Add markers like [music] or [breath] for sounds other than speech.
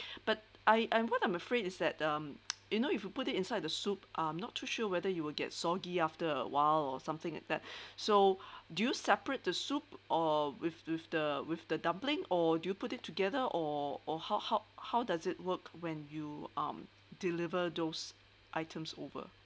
[breath] but I I what I'm afraid is that um [noise] you know if you put it inside the soup I'm not too sure whether it will get soggy after awhile or something like that [breath] so [breath] do you separate the soup or with with the with the dumpling or do you put it together or or how how how does it work when you um deliver those items over